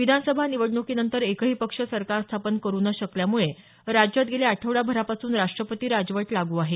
विधानसभा निवडण्कीनंतर एकही पक्ष सरकार स्थापन करू न शकल्यामुळे राज्यात गेल्या आठवडाभरापासून राष्ट्रपती राजवट लागू आहे